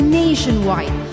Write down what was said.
nationwide